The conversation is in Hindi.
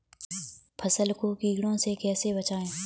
फसल को कीड़ों से कैसे बचाएँ?